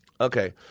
Okay